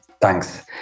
Thanks